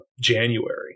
January